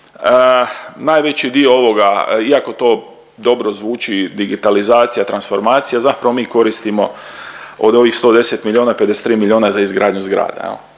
najveći dio ovoga iako to dobro zvuči digitalizacija-transformacija zapravo mi koristimo od ovih 110 miliona 53 miliona za izgradnju zgrada,